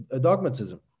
dogmatism